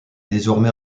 désormais